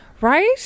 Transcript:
right